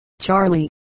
Charlie